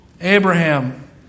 Abraham